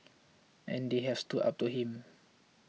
and they have stood up to him